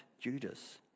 Judas